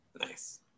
Nice